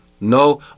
No